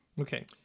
okay